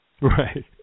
Right